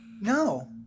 No